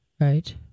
right